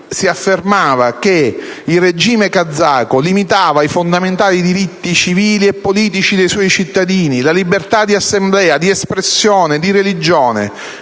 si affermava che il regime kazako limitava i fondamentali diritti civili e politici dei suoi cittadini, la libertà di assemblea, di espressione e di religione,